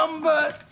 Number